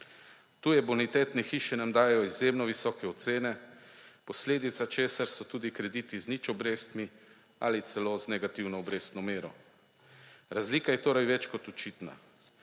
Tuje bonitetne hiše nam dajejo izjemno visoke ocene, posledica česar so tudi krediti z nič obrestmi ali celo z negativno obrestno mero. Razlika je torej več kot očitna.